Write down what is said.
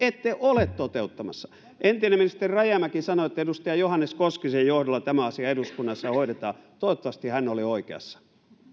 ette ole toteuttamassa entinen ministeri rajamäki sanoi että edustaja johannes koskisen johdolla tämä asia eduskunnassa hoidetaan toivottavasti hän oli oikeassa